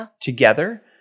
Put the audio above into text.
together